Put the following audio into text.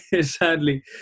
sadly